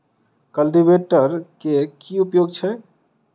Cultivator केँ की उपयोग छैक?